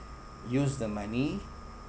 use the money